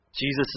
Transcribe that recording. Jesus